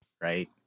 right